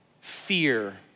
fear